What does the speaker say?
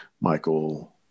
michael